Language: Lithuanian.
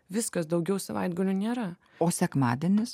viskas daugiau savaitgalio nėra o sekmadienis